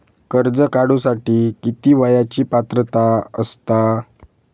कर्ज काढूसाठी किती वयाची पात्रता असता?